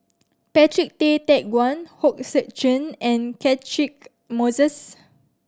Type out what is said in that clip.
Patrick Tay Teck Guan Hong Sek Chern and Catchick Moses